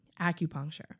acupuncture